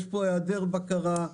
יש פה היעדר בקרה,